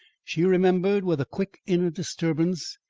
she remembered, with a quick inner disturbance,